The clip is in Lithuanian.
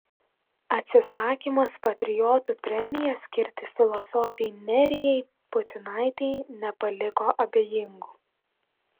atsisakymas patriotų premiją skirti filosofei nerijai putinaitei nepaliko abejingų